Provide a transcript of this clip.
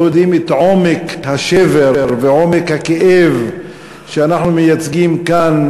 לא יודעים את עומק השבר ועומק הכאב שאנחנו מייצגים כאן,